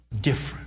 different